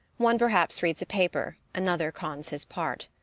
one perhaps reads a paper another cons his part,